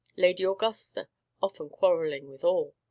lady augusta often quarrelling with all.